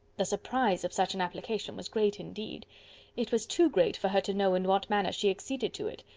the surprise of such an application was great indeed it was too great for her to know in what manner she acceded to it.